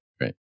right